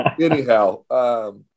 anyhow